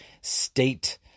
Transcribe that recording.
state